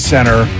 Center